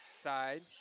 side